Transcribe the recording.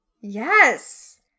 Yes